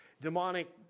demonic